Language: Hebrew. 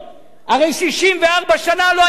הרי 64 שנה לא היה כלום,